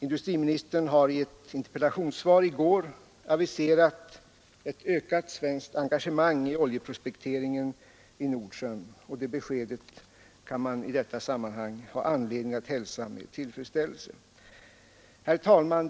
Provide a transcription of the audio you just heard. Industriministern har i ett interpellationssvar i går aviserat ett ökat svenskt engagemang i oljeprospekteringen i Nordsjön, och det beskedet finns det med hänsyn till situationen på världsmarknaden anledning att hälsa med tillfredsställelse. Herr talman!